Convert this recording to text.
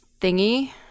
thingy